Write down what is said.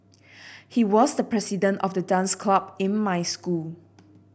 he was the president of the dance club in my school